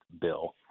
Bill